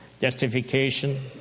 justification